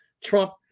Trump